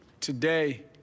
Today